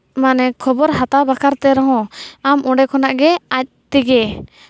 ᱢᱟᱱᱮ ᱠᱷᱚᱵᱚᱨ ᱦᱟᱛᱟᱨ ᱵᱟᱠᱷᱨᱟ ᱛᱮ ᱨᱮᱦᱚᱸ ᱟᱢ ᱚᱸᱰᱮ ᱠᱷᱚᱱᱟᱜ ᱜᱮ ᱟᱡ ᱛᱮᱜᱮ